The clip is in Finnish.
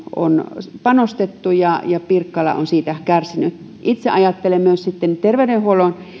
on panostettu ja ja pirkkala on siitä kärsinyt itse ajattelen myös sitten terveydenhuollon